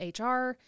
HR